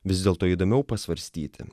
vis dėlto įdomiau pasvarstyti